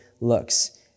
looks